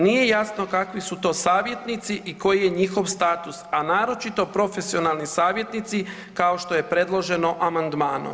Nije jasno kakvi su to savjetnici i koji je njihov status, a naročito profesionalni savjetnici kao što je predloženo amandmanom.